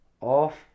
off